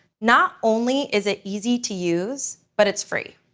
not only is it easy to use, but it's free.